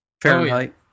Fahrenheit